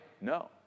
No